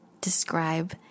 describe